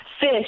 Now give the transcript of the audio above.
Fish